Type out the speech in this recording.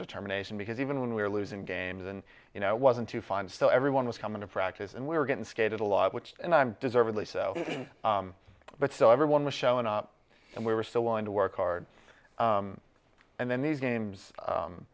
determination because even when we are losing games and you know it wasn't to find still everyone was coming to practice and we were getting skated a lot which and i'm deservedly so but so everyone was showing up and we were so willing to work hard and then these games